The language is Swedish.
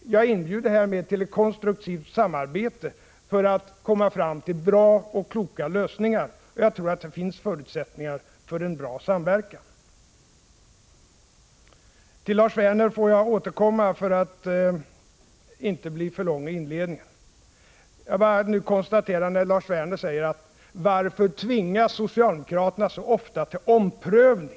jag inbjuder härmed till ett konstruktivt samarbete för att komma fram till en bra och klok lösning. Jag tror att det finns förutsättningar för en bra samverkan. Till Lars Werner får jag återkomma senare, för att inte inledningen skall bli för lång. Jag vill nu bara ta upp en sak. Lars Werner frågar: Varför tvingas socialdemokraterna så ofta till omprövning?